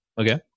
okay